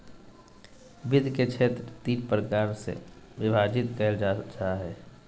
वित्त के क्षेत्र तीन प्रकार से विभाजित कइल जा हइ